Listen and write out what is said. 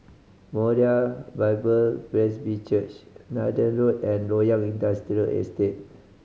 Moriah Bible Presby Church Nathan Road and Loyang Industrial Estate